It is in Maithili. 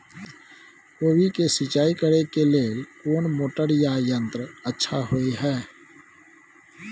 कोबी के सिंचाई करे के लेल कोन मोटर या यंत्र अच्छा होय है?